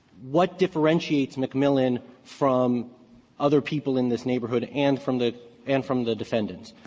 what differentiates mcmillan from other people in this neighborhood and from the and from the defendants.